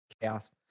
chaos